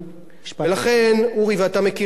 ואתה מכיר את הדברים האלה לא פחות ממני,